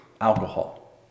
alcohol